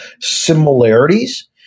similarities